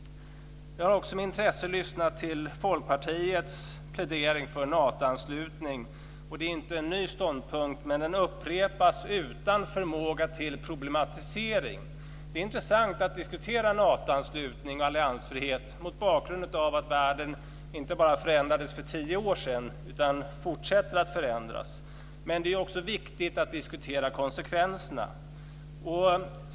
Jag har också med intresse lyssnat till Folkpartiets plädering för en Natoanslutning. Det är inte en ny ståndpunkt, men den upprepas utan förmåga till problematisering. Det är intressant att diskutera Natoanslutning och alliansfrihet mot bakgrund av att världen inte bara förändrades för tio år sedan utan fortsätter att förändras. Men det är också viktigt att diskutera konsekvenserna.